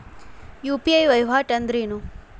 UPI ವಹಿವಾಟ್ ಅಂದ್ರೇನು?